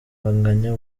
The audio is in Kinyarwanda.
banganya